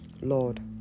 Lord